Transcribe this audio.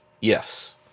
Yes